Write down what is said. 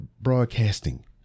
broadcasting